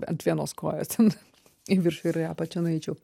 ant vienos kojos ten į viršų ir į apačią nueičiau